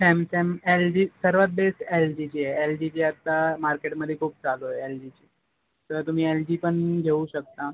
Samsung L G सर्वात best L जीची आहे एल जीची आत्ता मार्केटमध्ये खूप चालू आहे एल जीची तर तुम्ही एल जी पण घेऊ शकता